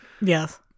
Yes